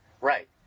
Right